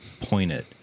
pointed